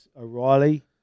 O'Reilly